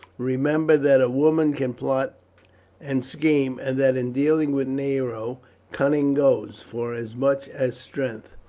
remember that a woman can plot and scheme, and that in dealing with nero cunning goes for as much as strength.